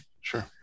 sure